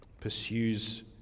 pursues